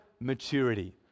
maturity